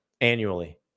annually